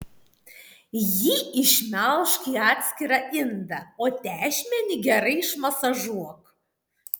jį išmelžk į atskirą indą o tešmenį gerai išmasažuok